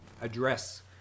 address